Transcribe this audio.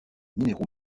minéraux